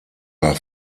war